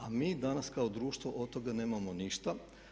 A mi danas kao društvo od tog nemamo ništa.